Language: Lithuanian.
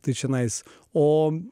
tai čianais o